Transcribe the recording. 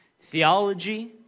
theology